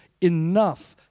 enough